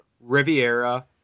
Riviera